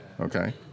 okay